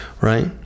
Right